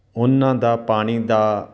ਉਹਨਾਂ ਦਾ ਪਾਣੀ ਦਾ